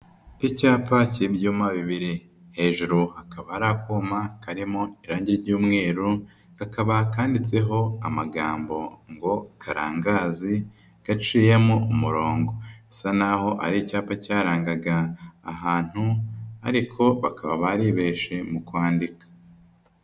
Icyapa cy'ibyuma bibiri, hejuru hakaba hari akuma karimo irangi ry'umweru, kakaba kanditseho amagambo ngo Karangazi, gaciyemo umurongo. Bisa naho ari icyapa cyarangaga ahantu, ariko bakaba baribeshye mu kwandika.